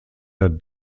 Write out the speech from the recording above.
der